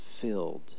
filled